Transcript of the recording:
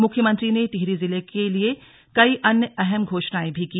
मुख्यमंत्री ने टिहरी जिले के लिए कई अन्य अहम घोषणाए भी की